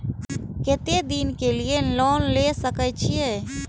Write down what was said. केते दिन के लिए लोन ले सके छिए?